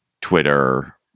Twitter